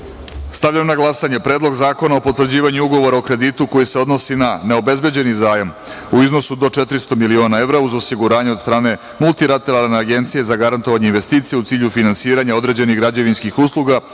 na glasanje Predlog zakona o potvrđivanju Ugovora o kreditu koji se odnosi na neobezbeđeni zajam u iznosu do 400.000.000 evra uz osiguranje od strane Multilateralne agencije za garantovanje investicija u cilju finansiranja određenih građevinskih usluga